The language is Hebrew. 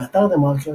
באתר TheMarker,